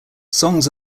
songs